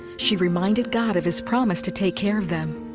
she reminded god of his promise to take care of them.